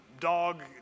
dog